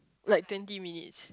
like twenty minutes